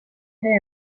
ere